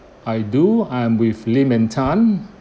I do I'm with lim and tan